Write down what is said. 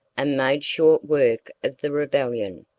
and made short work of the rebellion.